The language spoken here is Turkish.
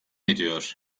ediyor